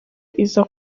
iza